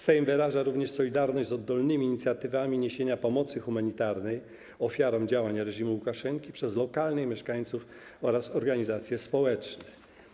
Sejm wyraża również solidarność z oddolnymi inicjatywami niesienia pomocy humanitarnej ofiarom działań reżimu Łukaszenki przez lokalnych mieszkańców oraz organizacje społeczne.